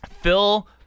Phil